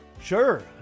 Sure